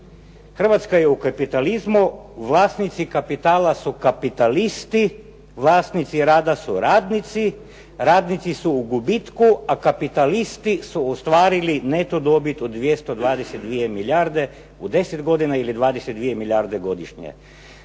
Hrvatska je u kapitalizam, vlasnici kapitala su kapitalisti, vlasnici rada su radnici, radnici su u gubitku, a kapitalisti su ostvarili neto dobit od 222 milijarde u 10 godina ili 22 milijarde godišnje.